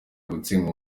gutsindwa